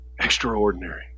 extraordinary